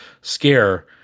scare